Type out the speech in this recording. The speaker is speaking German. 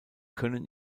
können